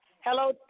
Hello